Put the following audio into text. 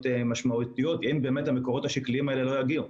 משמעותיות אם באמת המקורות השקליים האלה לא יגיעו.